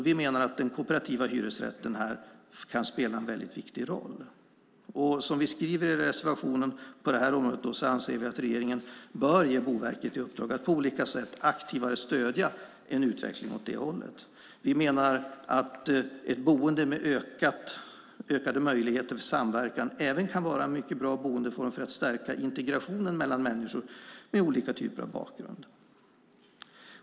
Vi menar att den kooperativa hyresrätten här kan spela en viktig roll. Som vi skriver i reservationen på området anser vi att regeringen bör ge Boverket i uppdrag att på olika sätt aktivare stödja en utveckling åt det hållet. Vi menar att ett boende med ökade möjligheter till samverkan även kan vara en mycket bra boendeform för att stärka integrationen mellan människor med olika typer av bakgrund.